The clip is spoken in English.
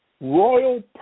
royal